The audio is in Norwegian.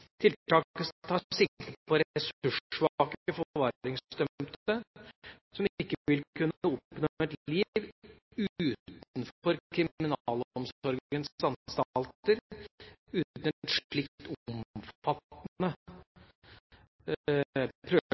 som ikke vil kunne oppnå et liv utenfor kriminalomsorgens anstalter uten et slikt omfattende